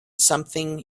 something